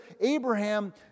Abraham